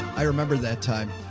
i remember that time.